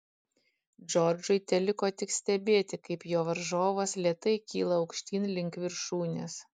džordžui teliko tik stebėti kaip jo varžovas lėtai kyla aukštyn link viršūnės